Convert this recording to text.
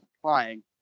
applying